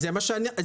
לא.